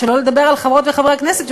שלא לדבר על חברות וחברי הכנסת,